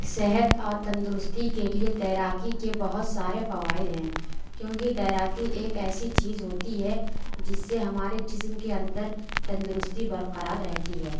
صحت اور تندرستی کے لیے تیراکی کے بہت سارے فوائد ہیں کیونکہ تیراکی ایک ایسی چیز ہوتی ہے جس سے ہمارے جسم کے اندر تندرستی برقرار رہتی ہے